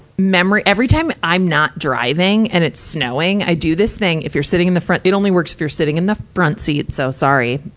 memory every time i'm not driving and it's snowing, i do this thing. if you're sitting in the front it only works if you're sitting in the front seat, so sorry,